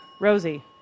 Rosie